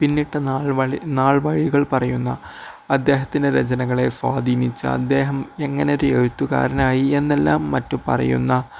പിന്നിട്ട നാൾ വഴികൾ പറയുന്ന അദ്ദേഹത്തിൻ്റെ രചനകളെ സ്വാധീനിച്ച അദ്ദേഹം എങ്ങനെ ഒരു എഴുത്തുകാരനായി എന്നെല്ലാം മറ്റും പറയുന്ന